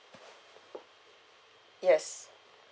yes